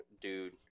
dude